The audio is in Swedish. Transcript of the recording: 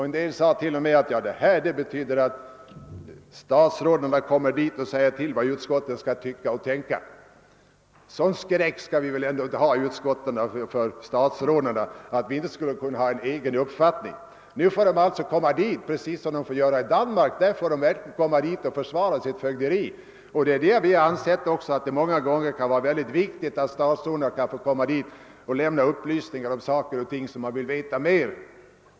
En del trodde till och med att det skulle betyda att statsråden skulle komma till utskotten och säga vad utskottsledamöterna - skulle tycka och tänka. Men sådan skräck skall vi väl ändå inte ha i utskotten för statsråd att vi inte skall kunna ha en egen uppfattning. Nu skall alltså statsråden få komma till utskottssammanträdena precis på samma sätt som de får göra i Danmark, där statsråden får komma till utskotten och försvara sitt fögderi. Vi anser att det många gånger kan vara lämpligt att statsråden kan få komma och lämna upplysningar om saker och ting som man vill veta mer om.